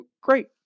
great